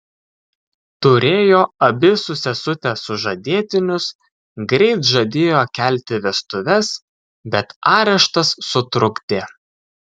turėjo abi su sesute sužadėtinius greit žadėjo kelti vestuves bet areštas sutrukdė